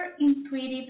intuitive